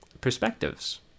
perspectives